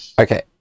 Okay